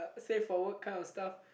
say for word kind of stuff